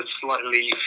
slightly